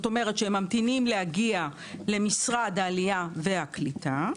הם ממתינים להגיע למשרד העלייה והקליטה,